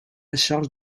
charge